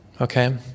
Okay